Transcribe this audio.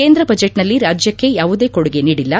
ಕೇಂದ್ರ ಬಚೆಟ್ನಲ್ಲಿ ರಾಜ್ಯಕ್ಷೆ ಯಾವುದೇ ಕೊಡುಗೆ ನೀಡಿಲ್ಲ